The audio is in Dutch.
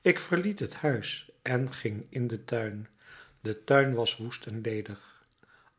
ik verliet het huis en ging in den tuin de tuin was woest en ledig